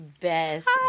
Best